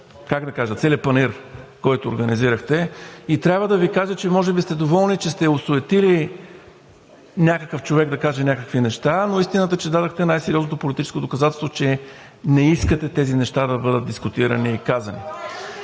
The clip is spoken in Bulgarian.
изгледах целия панаир, който организирахте, и трябва да Ви кажа, че може би сте доволни, че сте осуетили някакъв човек да каже някакви неща, но истината е, че дадохте най сериозното политическо доказателство, че не искате тези неща да бъдат дискутирани и казани.